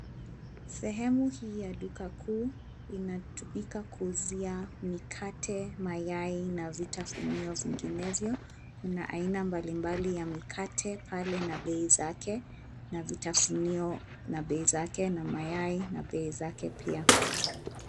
Sehemu hii ya duka kuu inatumika kuuzia: mikate, mayai na vitafunio vinginevyo. Kuna aina mbali mbali ya mikate pale na bei zake na vitafunio na bei zake na mayai na bei zake pia.